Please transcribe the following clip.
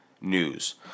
news